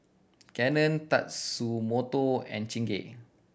Canon Tatsumoto and Chingay